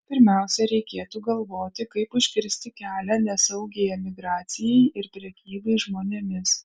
pirmiausia reikėtų galvoti kaip užkirsti kelią nesaugiai emigracijai ir prekybai žmonėmis